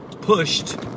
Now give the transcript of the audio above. pushed